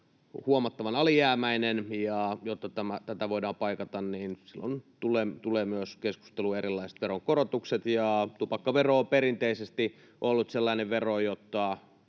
huomattavan alijäämäinen, ja jotta tätä voidaan paikata, niin silloin tulee keskusteluun myös erilaiset veronkorotukset, ja tupakkavero on perinteisesti ollut sellainen vero, jota